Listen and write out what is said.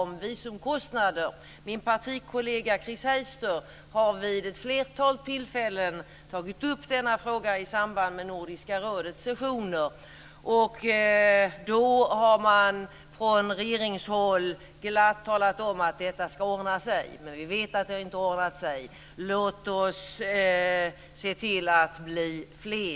Min partikollega Chris Heister har vid ett flertal tillfällen tagit upp denna fråga i samband med Nordiska rådets sessioner, och man har då från regeringshåll glatt talat om att detta ska ordna sig, men vi vet att så inte har blivit fallet. Låt oss bli fler som agerar i denna fråga.